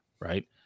right